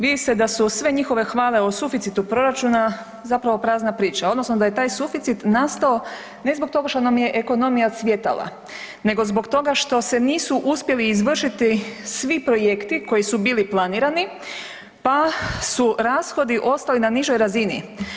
Vidi se da su sve njihove hvale o suficitu proračuna zapravo prazna priča odnosno da je taj suficit nastao ne zbog toga što nam je ekonomija cvjetala, nego zbog toga što se nisu uspjeli izvršiti svi projekti koji su bili planirani, pa su rashodi ostali na nižoj razini.